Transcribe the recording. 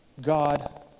God